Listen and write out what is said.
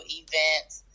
events